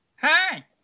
Hi